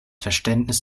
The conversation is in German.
verständnis